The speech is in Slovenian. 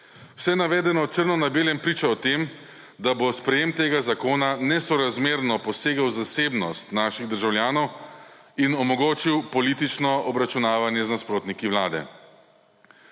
Vse navedeno črno na belem priča o tem, da bo sprejetje tega zakona nesorazmerno poseglo v zasebnost naših državljanov in omogočilo politično obračunavanje z nasprotniki vlade.